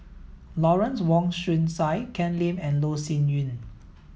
Lawrence Wong Shyun Tsai Ken Lim and Loh Sin Yun